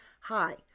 hi